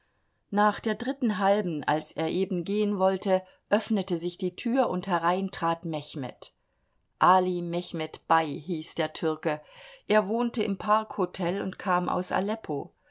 nach der dritten halben als er eben gehen wollte öffnete sich die tür und herein trat mechmed ali mechmed bei hieß der türke er wohnte im parkhotel und kam aus aleppo